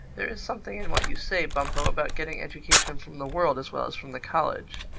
there is something in what you say, bumpo, about getting education from the world as well as from the college.